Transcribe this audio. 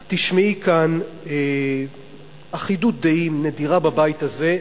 שאת תשמעי כאן אחדות דעים נדירה בבית הזה,